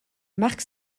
marc